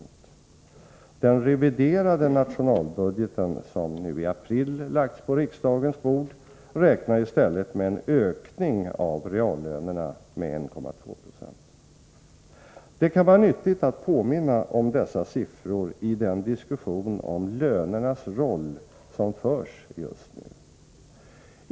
I den reviderade nationalbudgeten, som nu i april lagts på riksdagens bord, räknar man i stället med en ökning av reallönerna med 1,2 96. Det kan vara nyttigt att påminna om dessa siffror i den diskussion om lönernas roll som förs just nu.